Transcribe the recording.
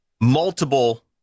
multiple